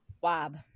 Wob